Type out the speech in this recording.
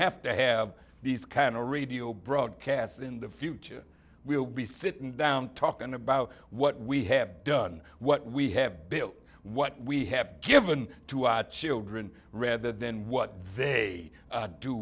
have to have these kind of radio broadcasts in the future we'll be sitting down talking about what we have done what we have built what we have given to our children rather than what they do